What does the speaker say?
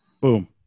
Boom